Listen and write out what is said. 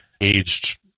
aged